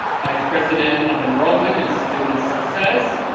vice president of enrollment and student success,